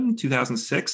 2006